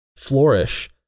flourish